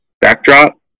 backdrop